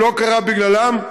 והוא לא קרה בגללם.